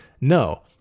no